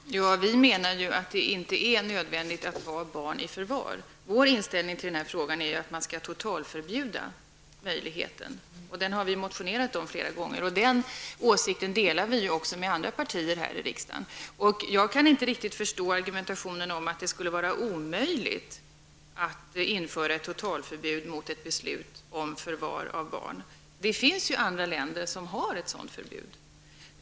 Herr talman! Vi menar ju att det inte är nödvändigt att ha barn i förvar. Vår inställning i denna fråga är att man skall totalförbjuda den möjligheten. Det har vi motionerat om flera gånger, och den åsikten delar vi också med andra partier här i riksdagen. Jag kan inte riktigt förstå argumentationen att det skulle vara omöjligt att införa ett totalförbud mot beslut om förvar av barn. Det finns länder som har ett sådant förbud.